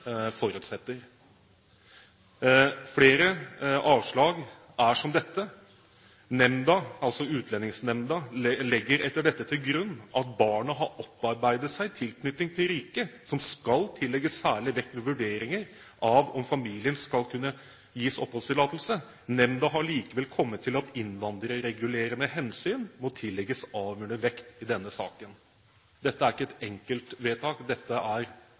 forutsetter. Flere avslag er som dette. Utlendingsnemnda legger etter dette til grunn at barna har opparbeidet seg tilknytning til riket, noe som skal tillegges særlig vekt ved vurderinger av om familien skal kunne gis oppholdstillatelse. Nemnda har likevel kommet til at innvandrerregulerende hensyn må tillegges avgjørende vekt i denne saken. Dette er ikke et enkeltvedtak, dette